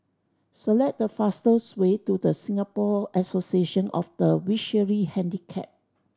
select the fastest way to The Singapore Association of the Visually Handicapped